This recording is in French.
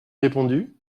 répondu